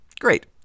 Great